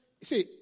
see